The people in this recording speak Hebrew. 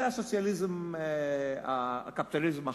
זה הקפיטליזם החדש.